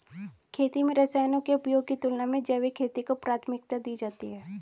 खेती में रसायनों के उपयोग की तुलना में जैविक खेती को प्राथमिकता दी जाती है